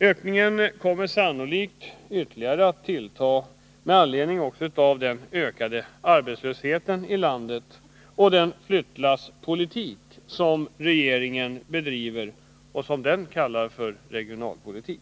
Ökningen kommer sannolikt att tillta ytterligare med anledning av den ökade arbetslösheten i landet och den flyttlasspolitik som regeringen bedriver och som den kallar regionalpolitik.